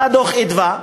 בא דוח "מרכז אדוה"